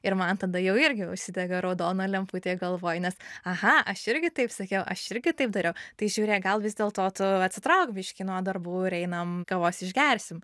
ir man tada jau irgi užsidega raudona lemputė galvoj nes aha aš irgi taip sakiau aš irgi taip dariau tai žiūrėk gal vis dėlto tu atsitrauk biškį nuo darbų ir einam kavos išgersim